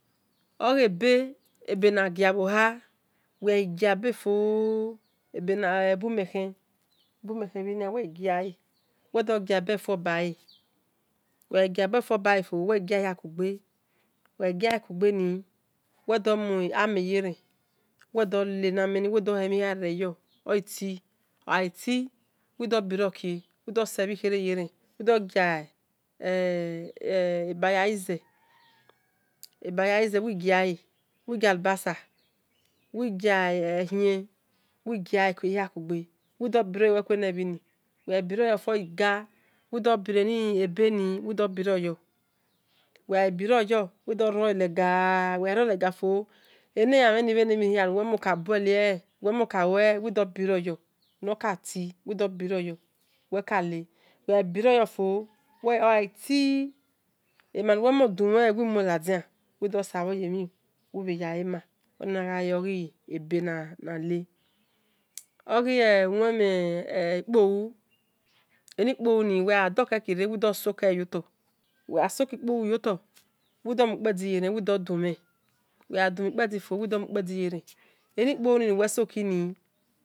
Ebe ebeniqavoa weaje befio ooo abumihi abumihi ven weiqae wedoqebefio bae weaeqebefiu baefio weiqehivoqeb weiqeuqen wedumoamiyara medulanmi weduhomihirere yo obi oaiti wedubiroke wedusive here yera wedu qea ebeuqaize aboyeize weqae weqalebasi weqaohia weqa-ahikuda wedubirou wekunvin webiroufio oeqa wedubirana ebeni wedubiroya weibiroya weduroaleqae weiroaleqafio ananimini vniher uwemokabule uwemokuevidobiroyo nikakiweduoiroyo wekile webiroyafio oaetie emauwemo domueevemuleiora weduseo iyemimiya-ama o onaove ebenale oheuwimipou anipouni weadukire wedu sokia yoka weasokia yoka widumufeadiyoka widudome wedumeppadifio wedumopadiyera anipouni na uwesokini